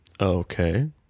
Okay